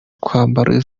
kwambara